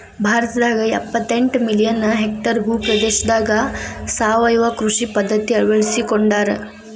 ಭಾರತದಾಗ ಎಪ್ಪತೆಂಟ million hectare ಭೂ ಪ್ರದೇಶದಾಗ ಸಾವಯವ ಕೃಷಿ ಪದ್ಧತಿ ಅಳ್ವಡಿಸಿಕೊಂಡಾರ